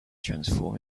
transform